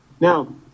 Now